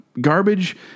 Garbage